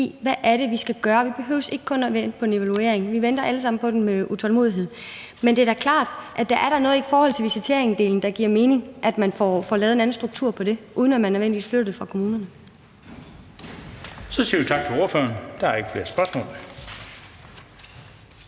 hvad vi skal gøre. Vi behøver ikke kun at vente på en evaluering. Vi venter alle sammen på den med utålmodighed. Men det er da klart, at der er noget i forhold til visiteringsdelen, hvor det giver mening, at man får lavet en anden struktur – uden at det nødvendigvis flyttes fra kommunerne. Kl. 19:57 Den fg. formand (Bent Bøgsted): Så siger vi tak til ordføreren. Der er ikke flere spørgsmål.